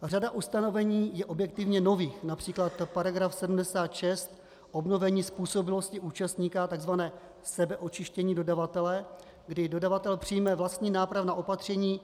A řada ustanovení je objektivně nových, například § 76 Obnovení způsobilosti účastníka, tzv. sebeočištění dodavatele, kdy dodavatel přijme vlastní nápravná opatření.